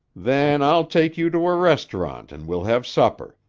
then i'll take you to a restaurant and we'll have supper.